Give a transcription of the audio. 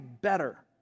better